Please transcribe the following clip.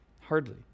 Hardly